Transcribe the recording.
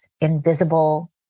invisible